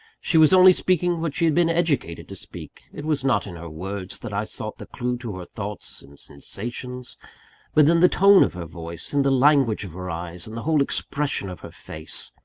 she was only speaking what she had been educated to speak it was not in her words that i sought the clue to her thoughts and sensations but in the tone of her voice, in the language of her eyes, in the whole expression of her face.